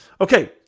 Okay